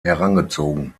herangezogen